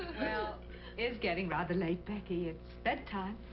it's getting rather late, becky. it's bedtime.